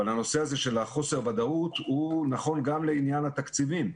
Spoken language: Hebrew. אבל הנושא של חוסר ודאות הוא נכון גם לעניין התקציבים.